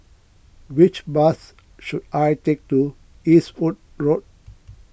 which bus should I take to Eastwood Road